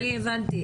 אני הבנתי.